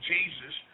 Jesus